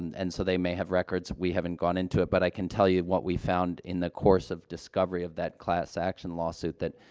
and so they may have records we haven't gone into it. but i can tell you what we found in the course of discovery of that class action lawsuit, that,